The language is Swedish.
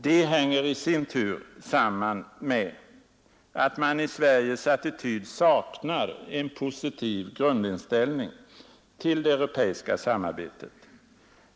De hänger i sin tur samman med att man i Sveriges attityd saknar en positiv grundinställning till det europeiska samarbetet.